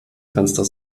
fenster